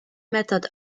method